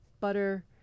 butter